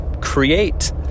create